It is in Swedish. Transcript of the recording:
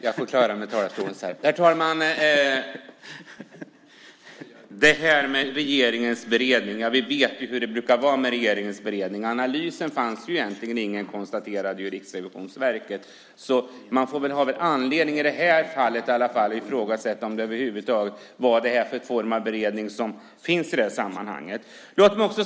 Herr talman! Vi vet hur det brukar vara med regeringens beredningar. Riksrevisionen konstaterade att det egentligen inte finns någon analys, så i det här fallet finns det anledning att ifrågasätta vad det är för form av beredning som sker.